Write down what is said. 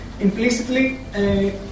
implicitly